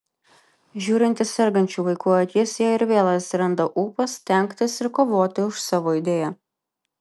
žiūrint į sergančių vaikų akis jai ir vėl atsiranda ūpas stengtis ir kovoti už savo idėją